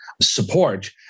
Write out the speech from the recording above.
support